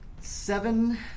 Seven